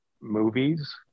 movies